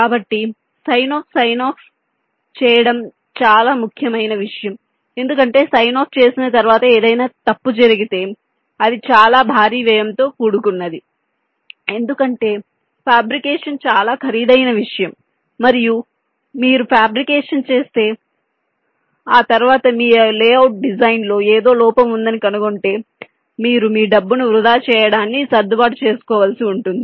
కాబట్టి sign off చేయడం చాలా ముఖ్యమైన విషయం ఎందుకంటే సైన్ ఆఫ్ చేసిన తర్వాత ఏదైనా తప్పు జరిగితే అది చాలా భారీ వ్యయంతో కూడుకున్నది ఎందుకంటే ఫ్యాబ్రికేషన్ చాలా ఖరీదైన విషయం మరియు మీరు ఫ్యాబ్రికేషన్ చేస్తే మరియు తరువాత మీ లేఅవుట్ డిజైన్ లో ఏదో లోపం ఉందని కనుగొంటే మీరు మీ డబ్బును వృథా చేయడాన్ని సర్దుబాటు చేయవలసివుంటుంది